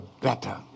better